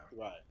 right